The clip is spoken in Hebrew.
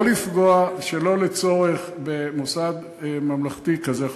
לא לפגוע שלא לצורך במוסד ממלכתי כזה חשוב.